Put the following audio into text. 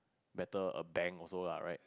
better err bank also lah right